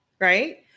right